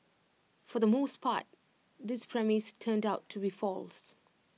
for the most part this premise turned out to be false